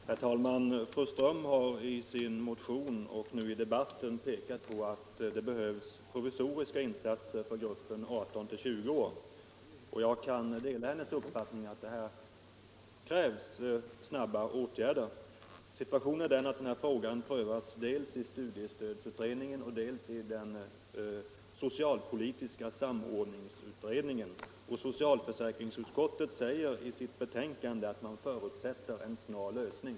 Herr talman! Fru Ström har i sin motion och i sitt anförande pekat på att det behövs provisoriska insatser för gruppen 18-20 år. Jag kan dela hennes uppfattning att här krävs snabba åtgärder. Frågan prövas dels i studiestödsutredningen, dels i den socialpolitiska samordningsutredningen. Socialförsäkringsutskottet säger i sitt-betänkande att man förutsätter en snar lösning.